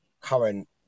current